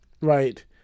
right